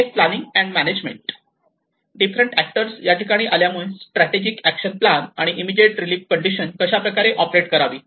project planning and management different actors याठिकाणी आल्यामुळे strategic action plan आणि इमीडिएट रिलीफ कंडिशन कशाप्रकारे ऑपरेट करावी